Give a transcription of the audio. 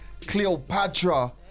Cleopatra